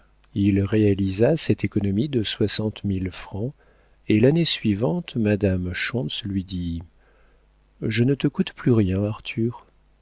il réalisa cette économie de soixante mille francs et l'année suivante madame schontz lui dit je ne te coûte plus rien arthur